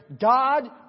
God